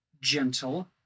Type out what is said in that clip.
gentle